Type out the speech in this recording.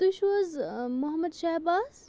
تُہۍ چھِو حظ محمد شہباز